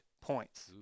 points